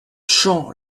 champ